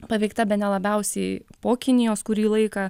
paveikta bene labiausiai po kinijos kurį laiką